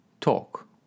talk